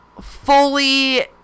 fully